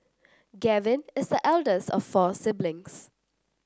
Gavin is the eldest of four siblings